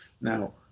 Now